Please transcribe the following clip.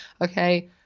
okay